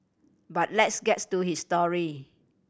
but let's gets to his story